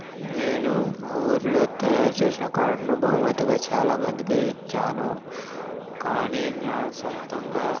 నేను మా ఊరిలో తయారుచేసిన కార్డును బహుమతిగా చాలా మందికి ఇచ్చాను కానీ నా సొంతంగా